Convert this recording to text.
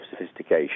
sophistication